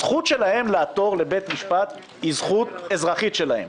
הזכות שלהם לעתור לבית המשפט היא זכות אזרחית שלהם,